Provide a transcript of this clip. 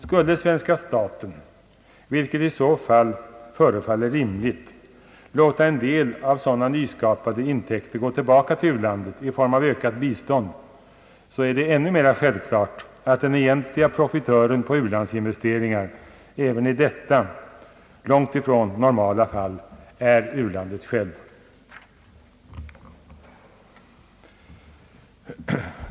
Skulle svenska staten, vilket förefaller rimligt, låta en del av sådana nyskapade intäkter gå tillbaka till u-landet i form av ökat bistånd, är det nog ännu mera självklart att den egentliga profitören på u-landsinvesteringar även i detta långtifrån normala fall är u-landet självt.